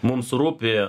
mums rūpi